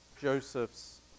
Joseph's